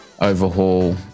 overhaul